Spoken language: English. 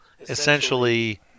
essentially